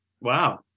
Wow